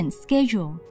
schedule